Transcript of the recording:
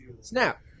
Snap